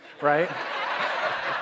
right